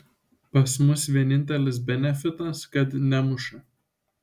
pas mus vienintelis benefitas kad nemuša